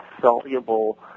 soluble